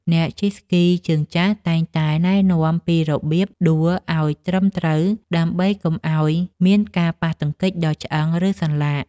អ្នកជិះស្គីជើងចាស់តែងតែណែនាំពីរបៀបដួលឱ្យត្រឹមត្រូវ ដើម្បីកុំឱ្យមានការប៉ះទង្គិចដល់ឆ្អឹង ឬសន្លាក់។